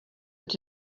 that